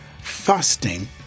fasting